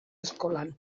eskolan